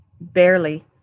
Barely